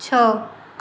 छह